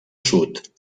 sud